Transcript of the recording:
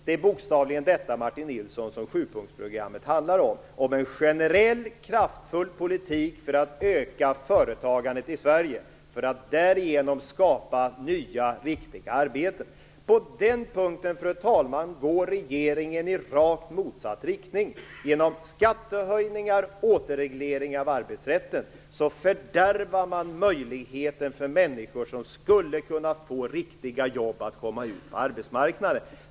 Det är bokstavligen detta, en generell, kraftfull politik för att öka företagandet i Sverige för att därigenom skapa nya, viktiga arbeten. På den punkten, fru talman, går regeringen i rakt motsatt riktning. Genom skattehöjningar och återreglering av arbetsrätten fördärvas möjligheten för människor som skulle ha kunnat få riktiga jobb att komma ut på arbetsmarknaden.